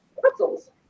pretzels